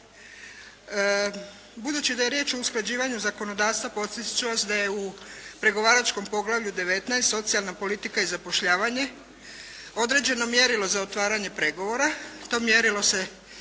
Budući da je riječ o usklađivanju zakonodavstva podsjećam vas da je u pregovaračkom poglavlju 19. socijalna politika i zapošljavanje određeno mjerilo za otvaranje pregovora, to mjerilo se